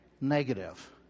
negative